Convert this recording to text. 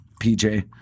PJ